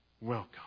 Welcome